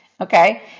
okay